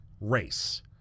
race